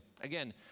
Again